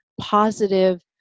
positive